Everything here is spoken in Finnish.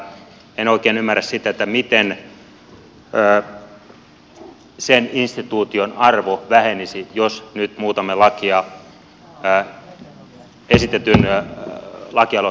en oikein ymmärrä sitä miten sen instituution arvo vähenisi jos nyt muutamme lakia esitetyn lakialoitteen mukaisesti